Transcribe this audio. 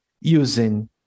using